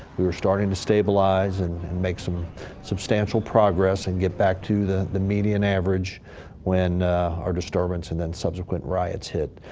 we were starting to stabilize and make some substantial progress and get back to the the median average when our disturbance and then subsequent riots hit.